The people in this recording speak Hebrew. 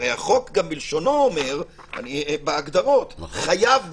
הרי החוק גם בלשונו אומר, בהגדרות: חייב בבידוד.